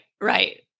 Right